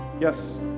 Yes